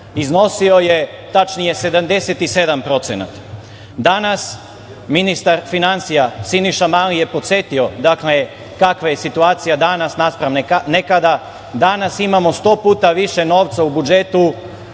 iznosi o je tačnije 77%. Danas ministar finansija Siniša Mali je podsetio, dakle, kakva je situacija naspram nekada. Danas imamo 100 puta više novca u budžetu,